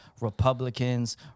Republicans